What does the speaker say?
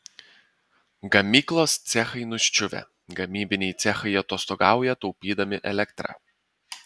gamyklos cechai nuščiuvę gamybiniai cechai atostogauja taupydami elektrą